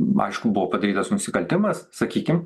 aišku buvo padarytas nusikaltimas sakykim